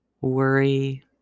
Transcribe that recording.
worry